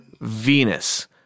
Venus